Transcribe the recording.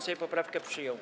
Sejm poprawkę przyjął.